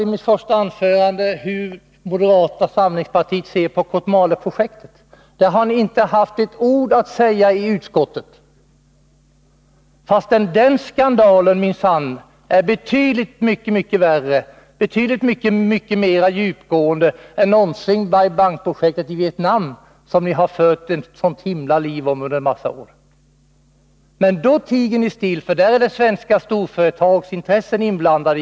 I mitt första anförande frågade jag hur moderaterna ser på Kotmaleprojektet. Om det har ni moderater inte sagt ett ord i utskottet, trots att det är en skandal, något som inte kan sägas om Bai Bang-projektet i Vietnam, som ni har fört ett sådant himla liv om under flera år. Beträffande Kotmaleprojektet tiger ni still, för i det är svenska storföretagsintressen inblandade.